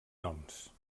noms